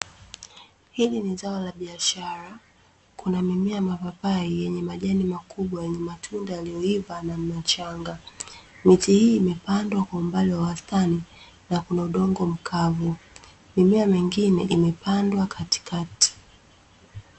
Hili ni zao la biashara. Kuna mimea ya mapapai yenye majani makubwa yenye matunda yaliyoiva na machanga. Miti hii imepandwa kwa umbali wa wastani na kuna udongo mkavu. Mimea mingine imepandwa katikati.